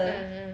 mm mm